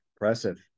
Impressive